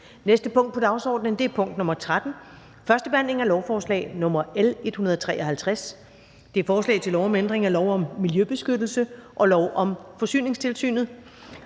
næste punkt på dagsordenen er: 13) 1. behandling af lovforslag nr. L 153: Forslag til lov om ændring af lov om miljøbeskyttelse og lov om Forsyningstilsynet.